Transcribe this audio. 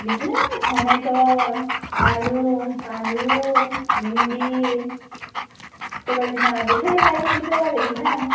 बिदिनो टमेट' आलु बानलु भिन्दि सबाय बिमा बोथोर लायै बोथोर आरोखिना